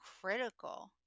critical